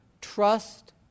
Trust